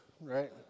right